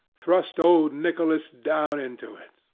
thrust old nicholas down into it,